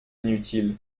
inutiles